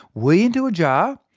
wee into a jar,